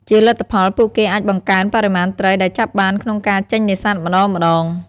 ជាលទ្ធផល ពួកគេអាចបង្កើនបរិមាណត្រីដែលចាប់បានក្នុងការចេញនេសាទម្តងៗ។